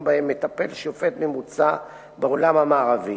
שבהם מטפל שופט ממוצע בעולם המערבי.